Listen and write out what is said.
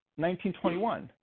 1921